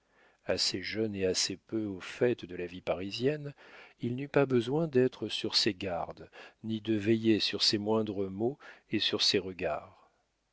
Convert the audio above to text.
assez jeune et assez peu au fait de la vie parisienne il n'eut pas besoin d'être sur ses gardes ni de veiller sur ses moindres mots et sur ses regards